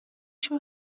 شون